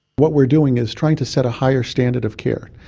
what we're doing is trying to set a higher standard of care.